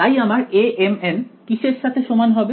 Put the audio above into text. তাই আমার Amn কিসের সাথে সমান হবে